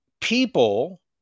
People